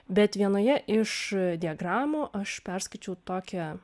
bet vienoje iš diagramų aš perskaičiau tokią